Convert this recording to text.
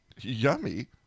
Yummy